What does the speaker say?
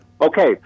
Okay